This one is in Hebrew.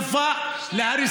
לא מספקים חלופה להריסה.